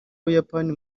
buyapani